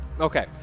Okay